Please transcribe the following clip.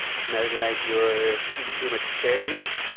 smells like you're. eating too much asparagus.